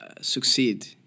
Succeed